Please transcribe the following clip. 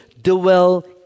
dwell